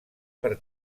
per